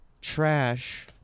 trash